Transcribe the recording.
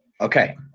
Okay